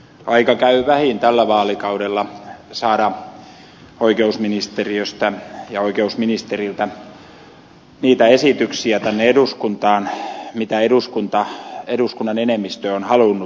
aika käy vähiin tällä vaalikaudella saada oikeusministeriöstä ja oikeusministeriltä tänne eduskuntaan niitä esityksiä mitä eduskunnan enemmistö on halunnut